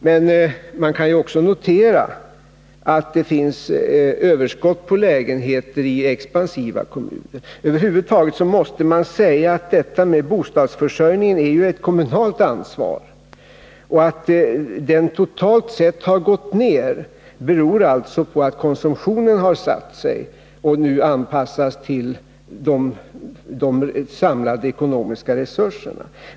Men man kan också notera att det finns överskott på lägenheter i expansiva kommuner. Och det är kommunerna som har ansvaret för bostadsförsörjningen. Att bostadsbyggandet totalt sett har gått ned beror på att konsumtionen har satt sig och nu anpassats till de samlade ekonomiska resurserna.